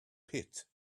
pit